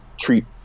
treat